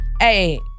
Hey